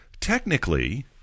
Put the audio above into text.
technically